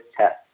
test